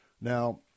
Now